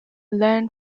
learn